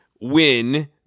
win